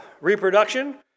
reproduction